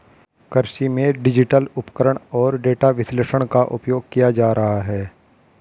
कृषि में डिजिटल उपकरण और डेटा विश्लेषण का उपयोग किया जा रहा है